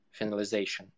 finalization